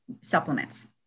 supplements